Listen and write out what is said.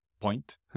point